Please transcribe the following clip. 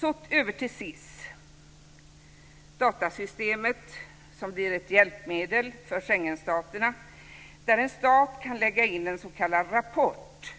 Så över till SIS, datasystemet som blir ett hjälpmedel för Schengenstaterna där en stat kan lägga in en s.k. rapport